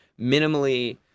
minimally